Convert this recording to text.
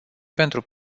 pentru